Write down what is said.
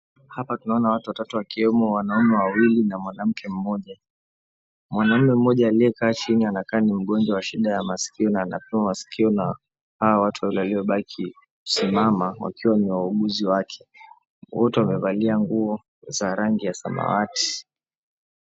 Hapa tunaona watu watatu ikiwemo wanaume wawili na mwanamke mmoja. Mwanaume mmoja aliyekaa chini anakaa mgonjwa wa shida ya maskio na hao watu waliobaki wamesimama wakiwa ni wauguzi wake. Wote wamevalia nguo za rangi ya samawati.